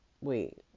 wait